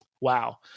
Wow